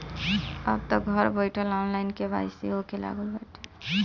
अबतअ घर बईठल ऑनलाइन के.वाई.सी होखे लागल बाटे